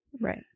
Right